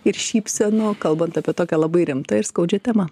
ir šypsenų kalbant apie tokią labai rimtą ir skaudžią temą